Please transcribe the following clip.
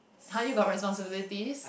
!huh! you got responsibilities